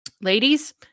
ladies